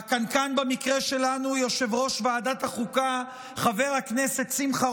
והקנקן במקרה שלנו הוא יושב-ראש ועדת החוקה חבר הכנסת שמחה